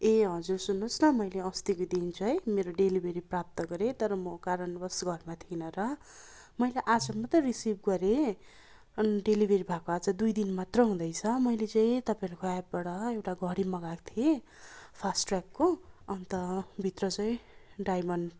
ए हजुर सुन्नु होस् न मैले अस्तिको दिन चाहिँ मेरो डेलिभरी प्राप्त गरेँ तर म कारणवश घरमा थिइनँ र मैले आज मात्रै रिसिभ गरेँ अन डेलिभरी भएको आज दुई दिन मात्र हुँदैछ मैले चाहिँ तपाईँहरूको एपबाट एउटा घडी मगाएको थिएँ फास्ट ट्र्याकको अन्त भित्र चाहिँ डायमन्ड